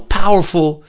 powerful